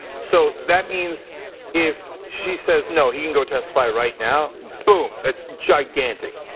so that means if she says no, he can go testify right now, boom, it's gigantic.